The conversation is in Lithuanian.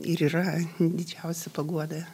ir yra didžiausia paguoda